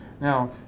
Now